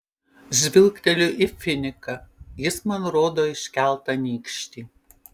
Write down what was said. žvilgteliu į finiką jis man rodo iškeltą nykštį